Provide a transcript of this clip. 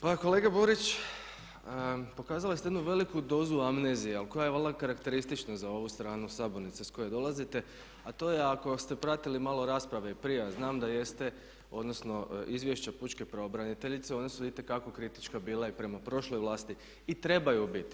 Pa kolega Borić, pokazali ste jednu veliku dozu amnezije ali koja je valjda karakteristična za ovu stranu sabornice s koje dolazite, a to je ako ste pratili malo rasprave i prije a znam da jeste odnosno izvješća pučke pravobraniteljice ona su itekako kritička bila i prema prošloj vlasti i trebaju biti.